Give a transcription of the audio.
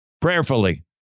prayerfully